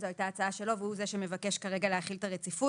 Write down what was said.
זו הייתה הצעה שלו והוא זה שמבקש כרגע להחיל את הרציפות.